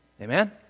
Amen